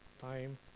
time